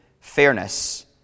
fairness